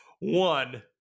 one